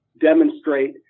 demonstrate